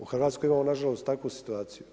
U Hrvatskoj imamo, na žalost takvu situaciju.